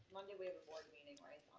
monday we have a board meeting, right,